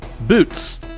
Boots